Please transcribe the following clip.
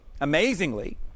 Amazingly